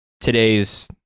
today's